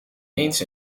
eens